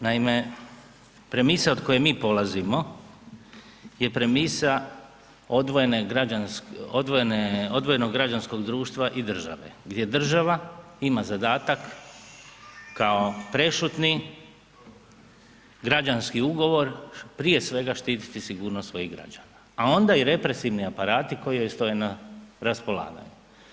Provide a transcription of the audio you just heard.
Naime, premisa od koje mi polazimo je premisa odvojenog građanskog društva i države gdje država ima zadatak kao prešutni građanski ugovor, prije svega štititi sigurnost svojih građana, a onda i represivni aparati koji joj stoje na raspolaganju.